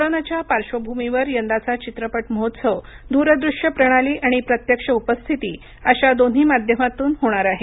कोरोनाच्या पार्श्वभूमीवर यंदाचा चित्रपट महोत्सव दूरदृष्यप्रणाली आणि प्रत्यक्ष उपस्थिती अशा दोन्ही माध्यमातून होणार आहे